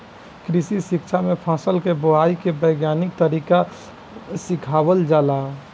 कृषि शिक्षा में फसल के बोआई के वैज्ञानिक तरीका सिखावल जाला